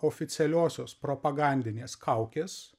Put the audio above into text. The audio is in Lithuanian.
oficialiosios propagandinės kaukės